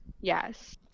Yes